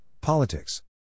Politics